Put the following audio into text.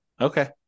Okay